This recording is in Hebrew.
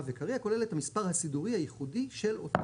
וקריא הכולל את המספר הסידורי הייחודי של אותו פריט.